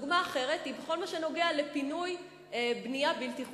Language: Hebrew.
דוגמה אחרת היא בכל מה שנוגע לפינוי בנייה בלתי חוקית.